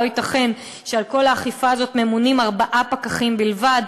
לא ייתכן שעל כל האכיפה הזאת ממונים ארבעה פקחים בלבד.